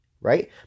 right